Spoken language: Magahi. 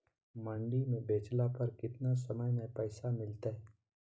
मंडी में बेचला पर कितना समय में पैसा मिलतैय?